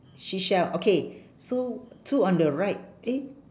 seashell okay so two on the right eh